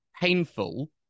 painful